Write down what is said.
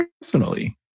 personally